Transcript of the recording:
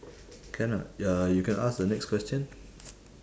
can ah ya you can ask the next question